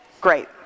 Great